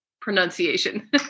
pronunciation